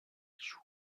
joue